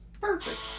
Perfect